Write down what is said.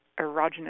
erogenous